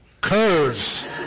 Curves